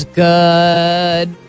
good